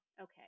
okay